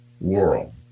world